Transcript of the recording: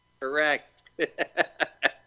Correct